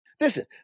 Listen